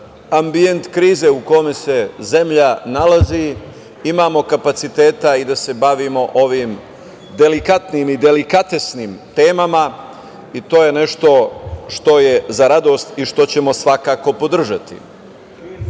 ambijent krize u kome se zemlja nalazi imamo kapaciteta i da se bavimo ovim delikatnim i delikatesnim temama. To je nešto što je za radost i što ćemo svakako podržati. Muzejska